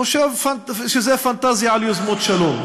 חושב שזה פנטזיה על יוזמות שלום.